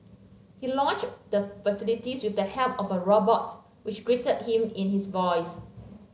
he launched the facility with the help of a robot which greeted him in his voice